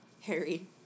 Harry